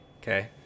okay